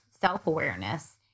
self-awareness